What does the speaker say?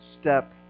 step